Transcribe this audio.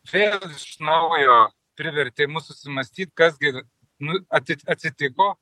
vėl iš naujo privertė mus susimąstyt kas gi nu at atsitiko